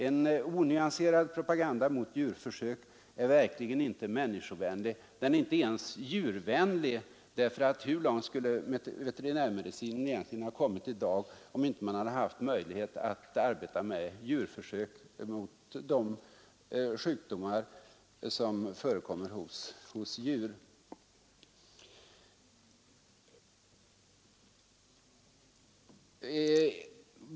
En onyanserad propaganda mot djurförsök är verkligen inte människovänlig — den är inte ens djurvänlig. Hur långt skulle veterinärmedicinen egentligen ha kommit i dag, om man inte hade haft möjlighet att arbeta med djurförsök mot de sjukdomar som förekommer hos djur?